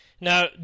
now